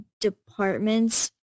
departments